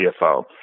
CFO